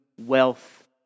wealth